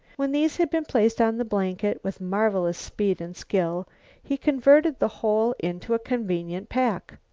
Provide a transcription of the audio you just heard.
when these had been placed on the blanket, with marvelous speed and skill he converted the whole into a convenient pack.